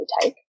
take